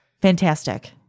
fantastic